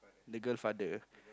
the girl father